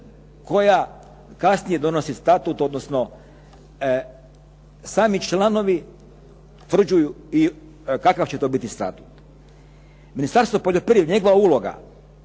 koja kasnije donosi statut odnosno sami članovi utvrđuju i kakav će to biti statut. Ministarstvo poljoprivrede, njegova uloga,